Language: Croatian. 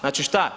Znači šta?